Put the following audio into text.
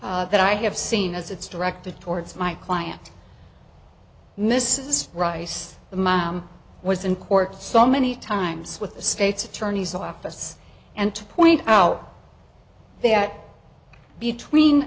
cheese that i have seen as it's directed towards my client mrs rice the mom was in court so many times with the state's attorney's office and to point out that between